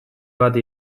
bat